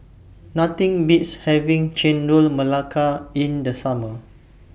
Nothing Beats having Chendol Melaka in The Summer